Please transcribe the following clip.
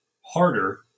harder